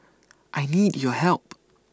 I need your help